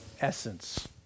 essence